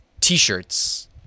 T-shirts